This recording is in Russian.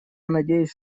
надеюсь